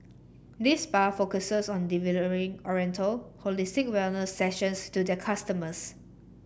this spa focuses on delivering oriental holistic wellness sessions to their customers